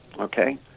okay